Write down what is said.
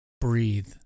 breathe